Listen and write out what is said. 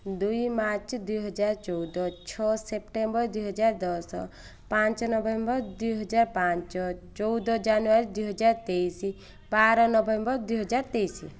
ଦୁଇ ମାର୍ଚ୍ଚ ଦୁଇହଜାର ଚଉଦ ଛଅ ସେପ୍ଟେମ୍ବର ଦୁଇହଜାର ଦଶ ପାଞ୍ଚ ନଭେମ୍ବର ଦୁଇହଜାର ପାଞ୍ଚ ଚଉଦ ଜାନୁଆରୀ ଦୁଇହଜାର ତେଇଶି ବାର ନଭେମ୍ବର ଦୁଇହଜାର ତେଇଶି